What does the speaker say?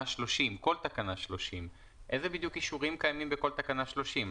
30 כל תקנה 30. איזה בדיוק אישורים קיימים בכל תקנה 30?